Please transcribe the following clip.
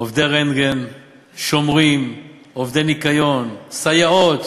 עובדי רנטגן, שומרים, עובדי ניקיון, סייעות,